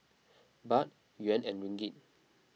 Baht Yuan and Ringgit